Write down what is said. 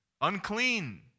Unclean